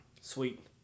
Sweet